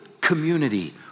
community